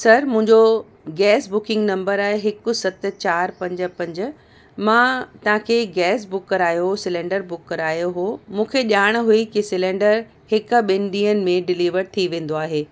sir मुंहिंजो gas booking number आहे हिकु सत चार पंज पंज मां तव्हां खे गैस बुक करायो सिलेंडर बुक करायो हो मूंखे ॼाण हुई कि सिलेंडर हिकु ॿिनि ॾींहंनि में डिलीवर थी वेंदो आहे